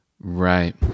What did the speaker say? right